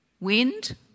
wind